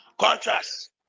Contrast